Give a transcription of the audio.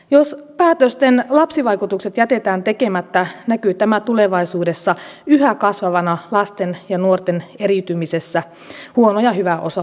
jos päätösten lapsivaikutukset jätetään tekemättä näkyy tämä tulevaisuudessa yhä kasvavana lasten ja nuorten eriytymisenä huono ja hyväosaisiin